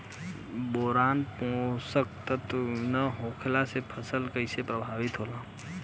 Boron पोषक तत्व के न होला से फसल कइसे प्रभावित होला?